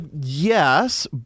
Yes